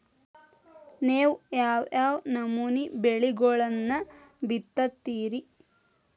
ನೇವು ಯಾವ್ ಯಾವ್ ನಮೂನಿ ಬೆಳಿಗೊಳನ್ನ ಬಿತ್ತತಿರಿ?